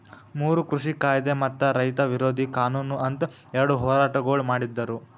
ಮೂರು ಕೃಷಿ ಕಾಯ್ದೆ ಮತ್ತ ರೈತ ವಿರೋಧಿ ಕಾನೂನು ಅಂತ್ ಎರಡ ಹೋರಾಟಗೊಳ್ ಮಾಡಿದ್ದರು